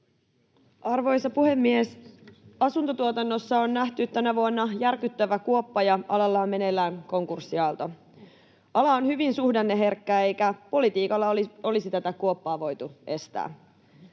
Arvoisa puhemies! Asuntotuotannossa on nähty tänä vuonna järkyttävä kuoppa, ja alalla on meneillään konkurssiaalto. Ala on hyvin suhdanneherkkä, eikä politiikalla olisi tätä kuoppaa voitu estää.